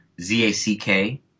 Z-A-C-K